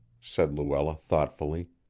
said luella thoughtfully.